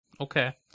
okay